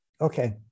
Okay